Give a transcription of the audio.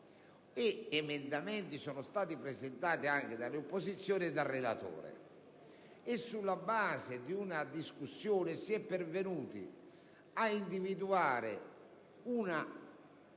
emendative sono state presentate anche dalle opposizioni e dal relatore. Sulla base di una discussione, si è pervenuti ad individuare un